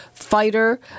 fighter